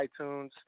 iTunes